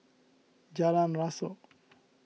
Jalan Rasok